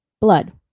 blood